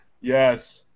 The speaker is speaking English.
yes